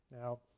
Now